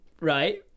Right